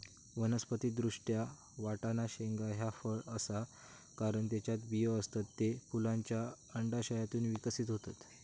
वनस्पति दृष्ट्या, वाटाणा शेंगा ह्या फळ आसा, कारण त्येच्यात बियो आसत, ते फुलांच्या अंडाशयातून विकसित होतत